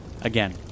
again